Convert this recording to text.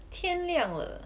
天亮了